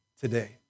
today